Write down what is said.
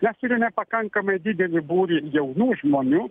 mes turime pakankamai didelį būrį jaunų žmonių